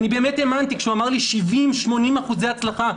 באמת האמנתי כשהוא אמר לי שיש לו 70% 80% הצלחה,